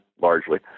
largely